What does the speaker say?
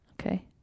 Okay